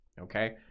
okay